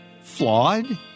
Flawed